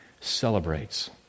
celebrates